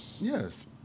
Yes